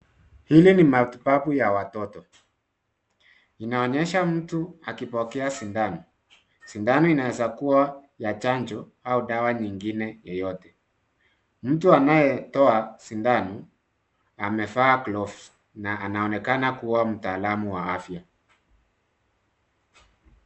Hili ni matibabu ya watoto. Inaonyesha mtu akipokea sindano .Sindano inaweza kuwa ya chanjo au dawa nyingine yoyote. Mtu anayetoa sindano amevaa (cs)gloves (cs)na anaonekana kuwa mtaalam wa afya.